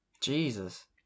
Jesus